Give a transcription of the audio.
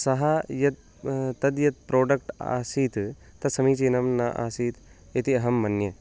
सः यद् तद् यत् प्राडक्ट् आसीत् तद् समीचीनं न आसीत् इति अहं मन्ये